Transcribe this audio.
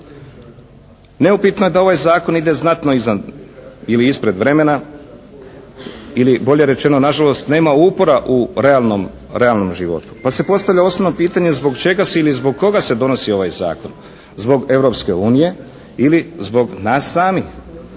Neupitno je da ovaj zakon ide znatno iznad ili ispred vremena, ili bolje rečeno nažalost nema upora u realnom životu. Pa se postavlja osnovno pitanje zbog čega se ili zbog koga se donosi ovaj zakon. Zbog Europske unije ili zbog nas samih?